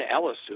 Ellis